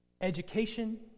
Education